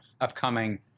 upcoming